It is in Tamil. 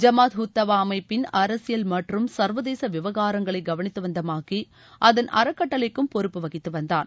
ஜமாத் உத் தவா அமைப்பின் அரசியல் மற்றும் சர்வதேச விவகாரங்களை கவனித்து வந்த மாக்கி அதன் அறக்கட்டளைக்கும் பொறுப்பு வகித்து வந்தான்